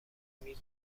میدونی